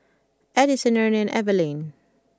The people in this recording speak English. Edison Ernie and Evelyne